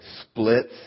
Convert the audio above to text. splits